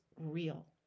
real